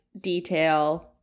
detail